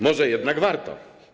Może jednak warto?